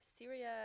Syria